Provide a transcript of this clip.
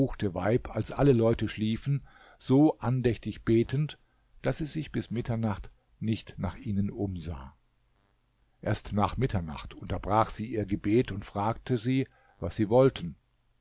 als alle leute schliefen so andächtig betend daß sie sich bis mitternacht nicht nach ihnen umsah erst nach mitternacht unterbrach sie ihr gebet und fragte sie was sie wollten